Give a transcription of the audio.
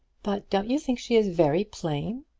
but don't you think she is very plain?